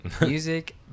music